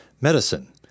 Medicine